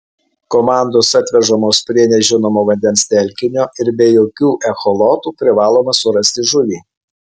komandos atvežamos prie nežinomo vandens telkinio ir be jokių echolotų privaloma surasti žuvį